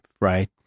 right